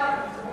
ההצעה